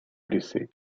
blessés